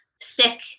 sick